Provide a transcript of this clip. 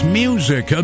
music